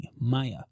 Maya